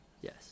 Yes